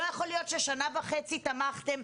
לא יכול להיות ששנה וחצי תמכתם,